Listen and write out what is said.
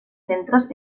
centres